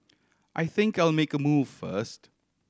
I think I'll make a move first